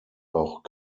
auch